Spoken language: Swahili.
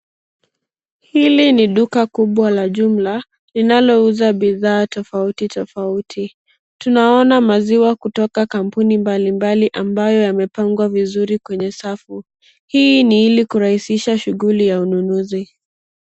Hili ni duka kubwa la jumla linalouza bidhaa tofauti tofauti. Tunaona maziwa kutoka kampuni mbali mbali ambayo yamepangwa vizuri kwenye safu. Hii ni ili kurahisisha shughuli ya ununuzi.